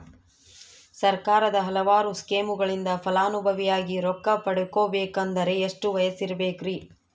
ಸರ್ಕಾರದ ಹಲವಾರು ಸ್ಕೇಮುಗಳಿಂದ ಫಲಾನುಭವಿಯಾಗಿ ರೊಕ್ಕ ಪಡಕೊಬೇಕಂದರೆ ಎಷ್ಟು ವಯಸ್ಸಿರಬೇಕ್ರಿ?